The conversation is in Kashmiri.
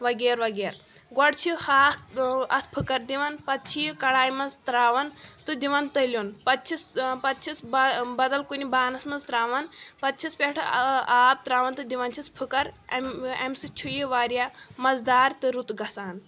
وغیر وغیر گۄڈٕ چھِ ہاکھ اَتھ پھُکَر دِوان پَتہٕ چھِ یہِ کَڑاے منٛز ترٛاوان تہٕ دِوان تٔلیُٚن پَتہٕ چھِس پَتہٕ چھِس با بَدَل کُنہِ بانَس منٛز ترٛاوان پَتہٕ چھِس پٮ۪ٹھٕ آب ترٛاوان تہٕ دِوان چھِس پھُکَر اَمہِ اَمہِ سۭتۍ چھُ یہِ واریاہ مَزٕدار تہٕ رُت گژھان